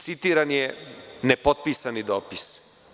Citiran je nepotpisani dopis.